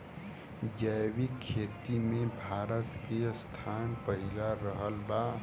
जैविक खेती मे भारत के स्थान पहिला रहल बा